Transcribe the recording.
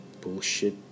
bullshit